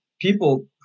people